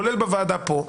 כולל בוועדה פה,